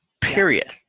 Period